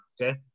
okay